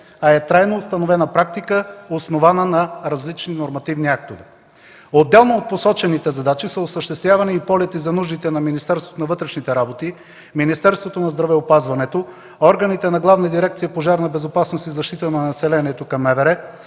а е трайно установена практика, основана на различни нормативни актове. Отделно от посочените задачи са осъществявани и полети за нуждите на Министерството на вътрешните работи, Министерството на здравеопазването, органите на Главна дирекция „Пожарна безопасност и защита на населението” към МВР,